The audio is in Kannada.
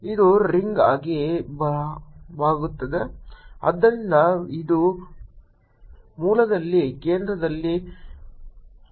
ಇದು ರಿಂಗ್ ಆಗಿ ಬಾಗುತ್ತದೆ ಆದ್ದರಿಂದ ಇದು ಮೂಲದಲ್ಲಿ ಕೇಂದ್ರದಲ್ಲಿ ಇರಿಸಲಾಗಿರುವ ಟೋರಿಡ್ ಆಗುತ್ತದೆ